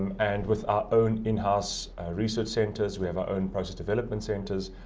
and with our own in-house research centres, we have our own process development centres.